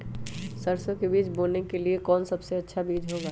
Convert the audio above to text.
सरसो के बीज बोने के लिए कौन सबसे अच्छा बीज होगा?